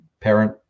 parent